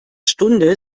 stunde